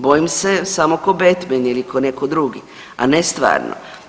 Bojim se samo kao Betmen ili kao netko drugi, a ne stvarno.